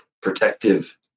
protective